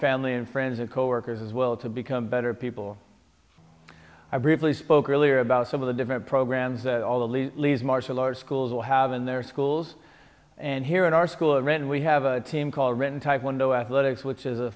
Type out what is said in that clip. family and friends and coworkers as well to become better people i briefly spoke earlier about some of the different programs that all of the lees martial arts schools will have in their schools and here in our school ren we have a team called written type window at the day which is a